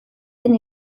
den